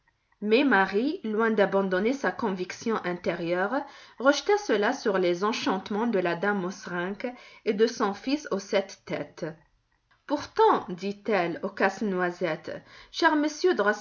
mais marie loin d'abandonner sa conviction intérieure rejeta cela sur les enchantements de la dame mauserink et de son fils aux sept têtes pourtant dit-elle au casse-noisette cher monsieur